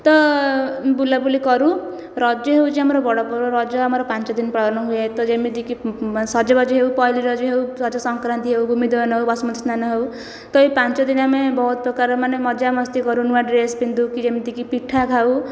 ତ ବୁଲା ବୁଲି କରୁ ରଜ ହେଉଛି ଆମର ବଡ଼ ପର୍ବ ରଜ ଆମର ପାଞ୍ଚଦିନ ପାଳନ ହୁଏ ତ ଯେମିତି କି ସଜବାଜ ହେଉ ପହଲି ରଜ ହେଉ ରଜ ସଂକ୍ରାନ୍ତି ହେଉ ଭୂମି ଦହନ ହେଉ ବସୁମତୀ ସ୍ନାନ ହେଉ ତ ଏହି ପାଞ୍ଚଦିନ ଆମେ ବହୁତ ପ୍ରକାର ମଜାମସ୍ତି କରୁ ନୂଆ ଡ୍ରେସ ପିନ୍ଧୁ କି ଯେମିତିକି ପିଠା ଖାଉ